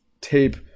tape